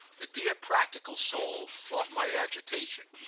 the dear practical soul thought my agitation,